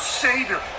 savior